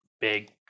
Big